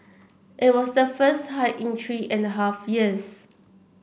it was the first hike in three and a half years